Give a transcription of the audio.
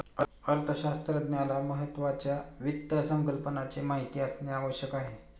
अर्थशास्त्रज्ञाला महत्त्वाच्या वित्त संकल्पनाची माहिती असणे आवश्यक आहे